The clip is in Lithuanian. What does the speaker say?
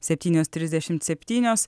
septynios trisdešim septynios